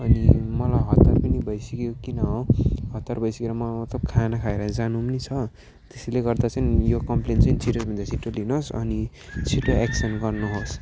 अनि मलाई हतार पनि भइसकेको किन हो हतार भइसकेर मतलब खाना खाएर जानु पनि नि छ त्यसैले गर्दा चाहिँ यो कम्प्लेन चाहिँ छिटोभन्दा छिटो दिनुहोस् अनि छिटो एक्सन गर्नुहोस्